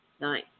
Nine